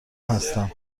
هستم